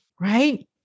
right